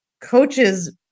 coaches